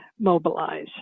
Mobilize